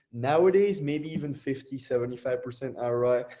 nowadays, maybe even fifty, seventy five percent ah roi.